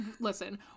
Listen